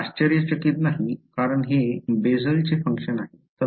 आश्चर्यचकित नाही कारण हे बेसलचे फंक्शन आहे